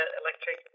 electric